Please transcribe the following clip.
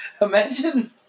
Imagine